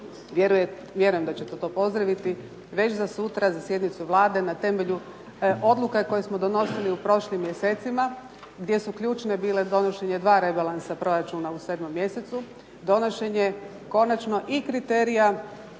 vjerujem da ćete to pozdraviti, već za sutra za sjednicu Vlade na temelju odluka koje smo donosili u prošlim mjesecima gdje su ključne bile donošenje dva rebalansa proračuna u 7. mjesecu, donošenje konačno i kriterija